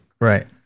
Right